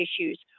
issues